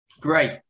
Great